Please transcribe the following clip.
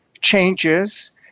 changes